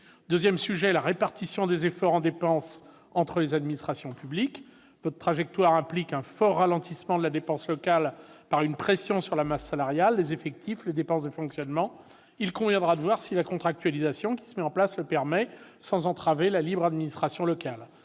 et l'emploi ? La répartition des efforts en dépense entre les administrations publiques constitue le deuxième sujet. Votre trajectoire implique un fort ralentissement de la dépense locale, par une pression sur la masse salariale, les effectifs et les dépenses de fonctionnement. Il conviendra de voir si la contractualisation qui se met en place le permet, sans entraver la libre administration locale.